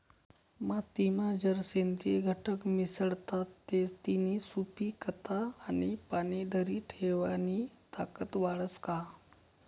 मातीमा जर सेंद्रिय घटक मिसळतात ते तिनी सुपीकता आणि पाणी धरी ठेवानी ताकद वाढस का?